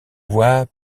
voix